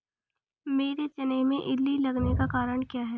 मेरे चने में इल्ली लगने का कारण क्या है?